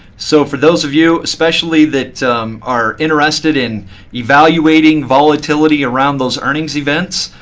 so for those of you, especially that are interested in evaluating volatility around those earnings events,